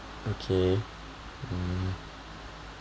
okay mm